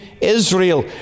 Israel